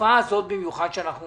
בתקופה הזאת במיוחד שאנחנו